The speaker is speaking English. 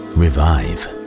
revive